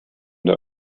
der